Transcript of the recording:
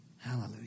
Hallelujah